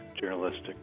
journalistic